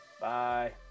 bye